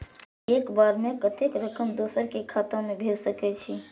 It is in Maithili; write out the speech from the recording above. एक बार में कतेक रकम दोसर के खाता में भेज सकेछी?